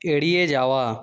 এড়িয়ে যাওয়া